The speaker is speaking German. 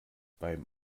beim